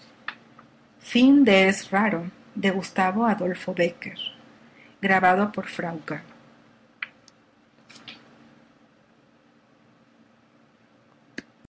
tradición india de gustavo adolfo bécquer